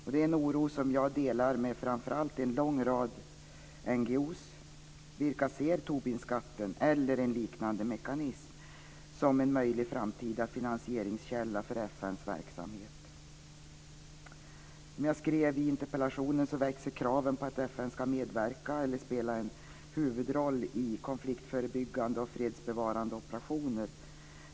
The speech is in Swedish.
Det är en oro som jag delar med framför allt en lång rad NGO:er, vilka ser Tobinskatten eller en liknande mekanism som en möjlig framtida finansieringskälla för FN:s verksamhet. Som jag skrev i interpellationen växer kraven på att FN ska medverka eller spela en huvudroll i konfliktförebyggande och fredsbevarande operationer.